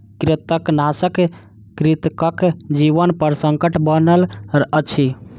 कृंतकनाशक कृंतकक जीवनपर संकट बनल अछि